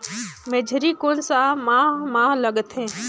मेझरी कोन सा माह मां लगथे